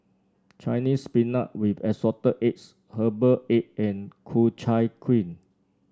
Chinese Spinach with Assorted Eggs Herbal Egg and Ku Chai Kuih